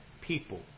people